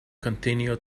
continue